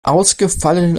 ausgefallenen